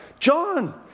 John